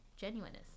genuineness